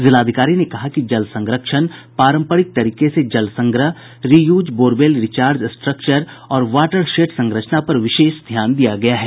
जिलाधिकारी ने कहा कि जल संरक्षण पारम्पारिक तरीके से जल संग्रह रीयूज बोरवेल रिर्चाज स्ट्रक्चर और वाटर शेड संरचना पर विशेष ध्यान दिया गया है